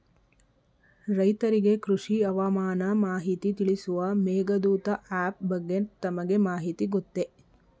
ರೈತರಿಗೆ ಕೃಷಿ ಹವಾಮಾನ ಮಾಹಿತಿ ತಿಳಿಸುವ ಮೇಘದೂತ ಆಪ್ ಬಗ್ಗೆ ತಮಗೆ ಮಾಹಿತಿ ಗೊತ್ತೇ?